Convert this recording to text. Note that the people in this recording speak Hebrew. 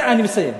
אני מסיים.